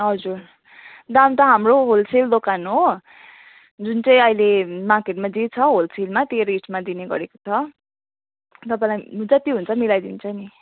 हजुर दाम त हाम्रो होलसेल दोकान हो जुन चाहिँ अहिले मार्केटमा जे छ होलसेलमा त्यो रेटमा दिने गरेको छ तपाईँलाई जति हुन्छ मिलाइ दिन्छ नि